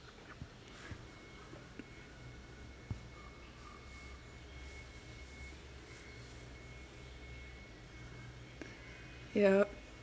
yup